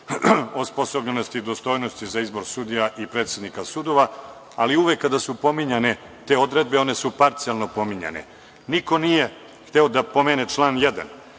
osposobljenosti i dostojnosti za izbor sudija i predsednika sudova, ali uvek kada su pominjane te odredbe one su parcijalno pominjane. Niko nije hteo da pomene član 1.